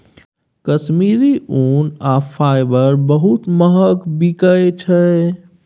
कश्मीरी ऊन आ फाईबर बहुत महग बिकाई छै